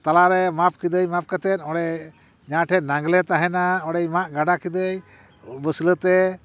ᱛᱟᱞᱟᱨᱮ ᱢᱟᱯ ᱠᱤᱫᱟᱹᱧ ᱢᱟᱯ ᱠᱟᱛᱮᱫ ᱚᱸᱰᱮ ᱡᱟᱦᱟᱸ ᱴᱷᱮᱡ ᱱᱟᱜᱽᱞᱮ ᱛᱟᱦᱮᱱᱟ ᱚᱸᱰᱮᱧ ᱢᱟᱜ ᱜᱟᱰᱟ ᱠᱤᱫᱟᱹᱧ ᱵᱟᱹᱥᱞᱟᱹᱛᱮ